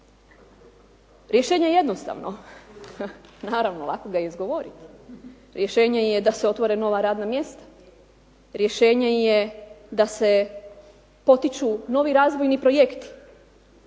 Rješenje je jednostavno, naravno lako ga je i izgovoriti. Rješenje je da se otvore nova radna mjesta, rješenje je da se potiču novi razvojni projekti.